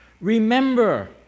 remember